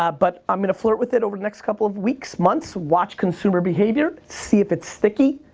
but i'm gonna flirt with it over the next couple of weeks, months, watch consumer behavior, see if it's sticky.